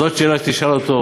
אז עוד שאלה שתשאל אותו,